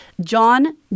John